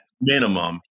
minimum